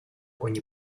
ogni